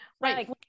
right